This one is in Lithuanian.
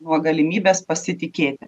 nuo galimybės pasitikėti